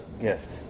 gift